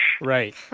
Right